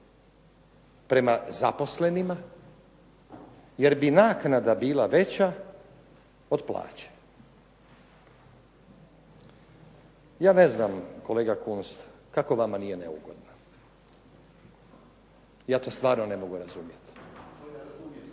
prema zaposlenima, jer bi naknada bila veća od plaće. Ja ne znam kolega Kunst kako vama nije neugodno? Ja to stvarno ne mogu razumjeti.